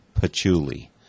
Patchouli